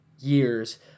years